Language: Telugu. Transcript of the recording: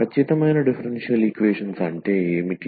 ఖచ్చితమైన డిఫరెన్షియల్ ఈక్వేషన్స్ అంటే ఏమిటి